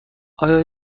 آیا